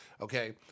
okay